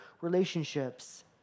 relationships